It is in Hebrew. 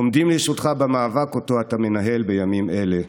עומדים לרשותך במאבק אותו אתה מנהל בימים אלו,